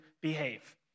behave